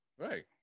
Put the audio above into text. Right